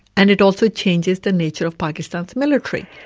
and it also changes the nature of pakistan's military.